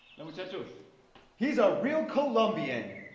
and muchachos! he's a real colombian!